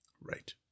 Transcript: Right